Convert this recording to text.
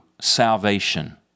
salvation